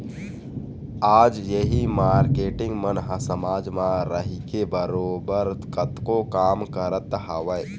आज उही मारकेटिंग मन ह समाज म रहिके बरोबर कतको काम करत हवँय